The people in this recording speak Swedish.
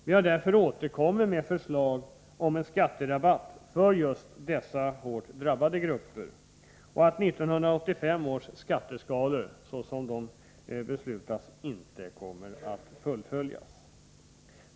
Vi har därför återkommit med förslag om en skatterabatt för just dessa hårt drabbade grupper och om att 1985 års skatteskalor, såsom de är beslutade, inte skall genomföras.